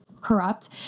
corrupt